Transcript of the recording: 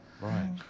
Right